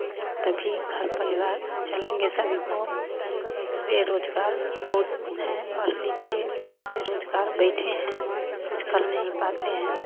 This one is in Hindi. तभी घर परिवार चलेंगे सभी को बेरोज़गार बहुत हैं पढ़ लिख कर बेरोज़गार बैठे हैं कुछ कर नहीं पाते हैं